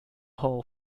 haul